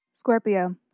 Scorpio